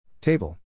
Table